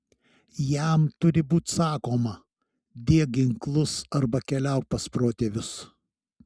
jam turi būti sakoma dėk ginklus arba keliauk pas protėvius